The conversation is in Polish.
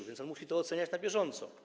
A więc on musi to oceniać na bieżąco.